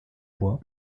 bois